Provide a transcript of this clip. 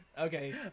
Okay